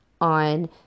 on